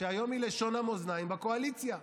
שהיום היא לשון המאזניים בקואליציה.